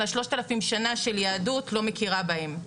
אלא 3,000 שנה של יהדות לא מכירה בהם.